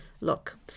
Look